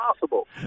possible